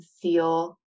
feel